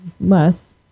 less